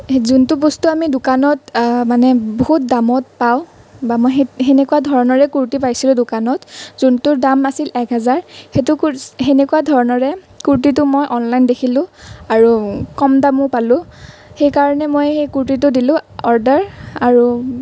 যোনটো বস্তু আমি দোকানত মানে বহুত দামত পাওঁ বা মই সে সেনেকুৱা ধৰণেৰে কুৰ্টী পাইছোঁ দোকানত যোনটোৰ দাম আছিল এক হেজাৰ সেইটো সেনেকুৱা ধৰণেৰে কুৰ্টীটো মই অনলাইন দেখিলোঁ আৰু কম দামো পালোঁ সেইকাৰণেই মই সেই কুৰ্টীটো দিলোঁ অৰ্ডাৰ আৰু